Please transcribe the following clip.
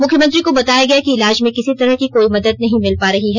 मुख्यमंत्री को बताया गया कि इलाज में किसी तरह की कोई मदद नहीं मिल पा रही है